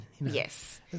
Yes